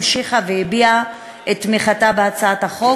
המשיכה והביעה את תמיכתה בהצעת החוק